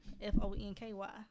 F-O-N-K-Y